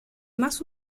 más